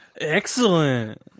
Excellent